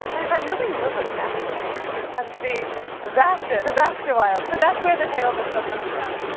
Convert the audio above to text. but i thought, nobody knows what vasty is, so it has to be vaster, the vaster wilds. so that's where the title of this book comes from.